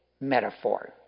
metaphor